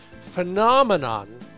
phenomenon